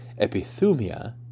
epithumia